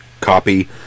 copy